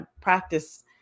practice